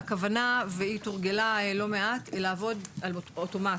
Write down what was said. הכוונה היא שתורגלה לא מעט לעבוד על אוטומט.